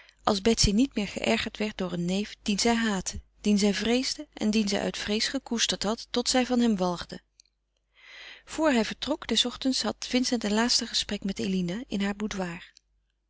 als betsy niet meer geërgerd werd door een neef dien zij haatte dien zij vreesde en dien zij uit vrees gekoesterd had tot zij van hem walgde voor hij vertrok des ochtends had vincent een laatst gesprek met eline in haar